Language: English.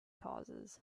causes